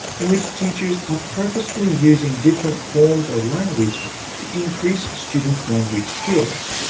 in which teachers are purposefully using different forms of language to increase students' language skills,